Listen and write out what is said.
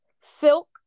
Silk